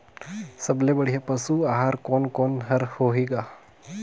सबले बढ़िया पशु आहार कोने कोने हर होही ग?